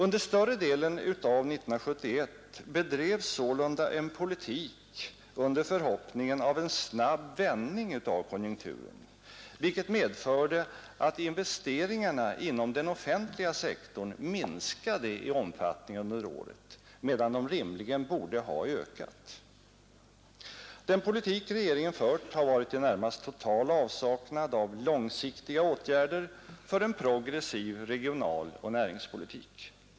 Under större delen av 1971 bedrevs sålunda en politik under förhoppningen om en snabb vändning av konjunkturen, vilket medförde att investeringarna inom den offentliga sektorn minskade i omfattning under året, medan de rimligen borde ha ökat. Den politik regeringen fört har varit i närmast total avsaknad av långsiktiga åtgärder för en progressiv regionaloch näringspolitik.